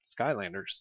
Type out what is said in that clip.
Skylanders